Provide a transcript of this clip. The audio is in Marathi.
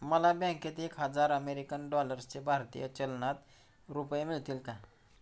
मला बँकेत एक हजार अमेरीकन डॉलर्सचे भारतीय चलनात रुपये मिळतील का?